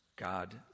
God